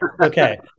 okay